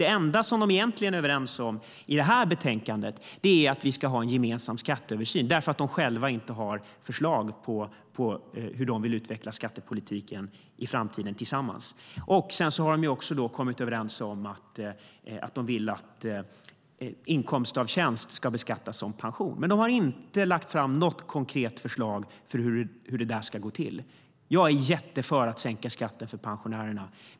Det enda som de egentligen är överens om i detta betänkande är att vi ska ha en gemensam skatteöversyn, därför att de själva inte har förslag om hur de tillsammans vill utveckla skattepolitiken i framtiden. De har också kommit överens om att de vill att inkomst av tjänst ska beskattas som pension. Men de har inte lagt fram något konkret förslag för hur detta ska gå till. Jag är för att sänka skatten för pensionärerna.